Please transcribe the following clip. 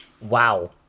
Wow